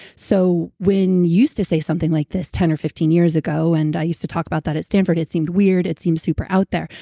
so when used to say something like this ten or fifteen years ago, and i used to talk about that at stanford, it seemed weird, it seemed super out there.